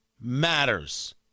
matters